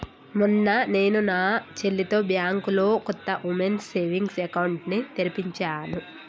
మొన్న నేను నా చెల్లితో బ్యాంకులో కొత్త ఉమెన్స్ సేవింగ్స్ అకౌంట్ ని తెరిపించాను